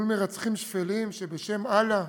מול מרצחים שפלים, שבשם אללה,